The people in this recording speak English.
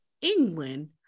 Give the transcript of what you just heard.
england